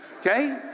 okay